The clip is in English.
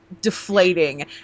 deflating